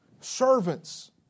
Servants